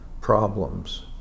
problems